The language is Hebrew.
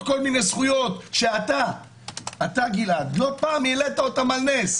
כל מיני זכויות שאתה גלעד לא פעם העלית אותן על נס